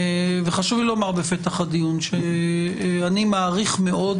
וחשוב לי לומר בפתח הדיון שאני מעריך מאוד